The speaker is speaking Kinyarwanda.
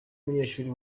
umunyeshuri